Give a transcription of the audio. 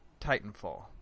Titanfall